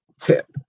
tip